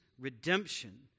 redemption